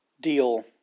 deal